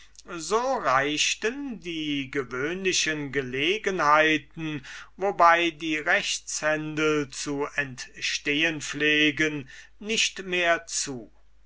so reichten die gewöhnlichen gelegenheiten wobei die rechtshändel zu entstehen pflegen nicht mehr zu